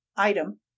Item